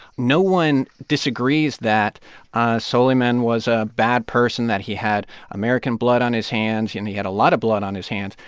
no one disagrees that soleiman was a bad person, that he had american blood on his hands. and he had a lot of blood on his hands.